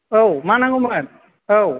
औ मा नांगौमोन औ